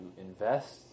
invest